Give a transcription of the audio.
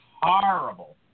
horrible